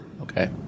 Okay